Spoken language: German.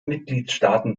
mitgliedstaaten